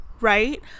Right